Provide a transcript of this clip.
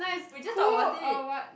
we just talked about it